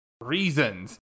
reasons